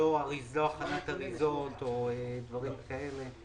לא הכנת אריזות ודברים כאלה.